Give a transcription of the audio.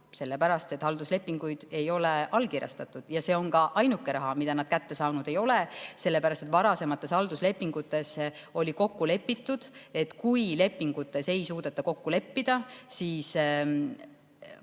sest halduslepinguid ei ole allkirjastatud. See on ka ainuke raha, mida nad kätte saanud ei ole, sest varasemates halduslepingutes oli kokku lepitud, et kui lepingus ei suudeta kokku leppida, siis